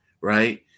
Right